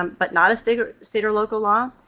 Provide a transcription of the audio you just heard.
um but not a state or state or local law,